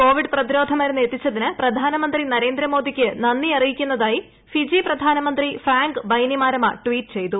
Covid പ്രതിരോധ മരുന്ന് എത്തിച്ചതിന് പ്രധാനമന്ത്രി നരേന്ദ്രമോദിക്ക് നന്ദി അറിയിക്കുന്നതായി ഫിജി പ്രധാനമന്ത്രി ഫ്രാങ്ക് ബൈനിമാരമ ട്വീറ്റ് ചെയ്തു